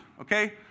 okay